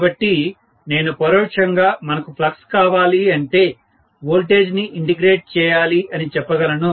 కాబట్టి నేను పరోక్షంగా మనకు ఫ్లక్స్ కావాలి అంటే వోల్టేజ్ ని ఇంటెగ్రేట్ చేయాలి అని చెప్పగలను